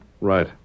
Right